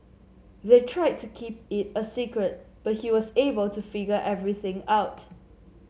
they tried to keep it a secret but he was able to figure everything out